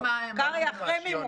קרעי, אחרי מימוש.